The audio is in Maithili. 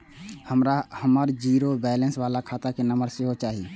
हमरा हमर जीरो बैलेंस बाला खाता के नम्बर सेहो चाही